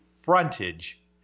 frontage